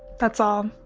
that's on